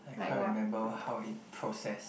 I can't remember what how it process